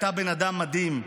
הייתה בן אדם מדהים,